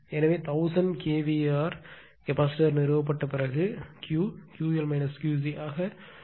எனவே 1000 kVAr capacitor நிறுவப்பட்ட பிறகு Q QL QC ஆக இருக்கும்